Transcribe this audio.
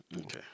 Okay